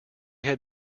had